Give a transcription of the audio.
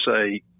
say